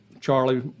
Charlie